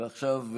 ועכשיו,